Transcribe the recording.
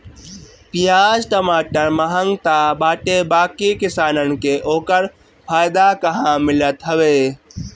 पियाज टमाटर महंग तअ बाटे बाकी किसानन के ओकर फायदा कहां मिलत हवे